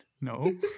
No